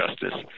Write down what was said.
justice